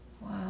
Wow